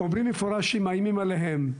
אומרים במפורש שמאיימים עליהם.